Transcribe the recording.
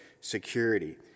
security